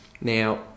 Now